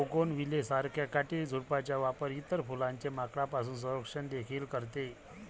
bougainvillea सारख्या काटेरी झुडपांचा वापर इतर फुलांचे माकडांपासून संरक्षण देखील करते